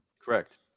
correct